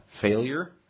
failure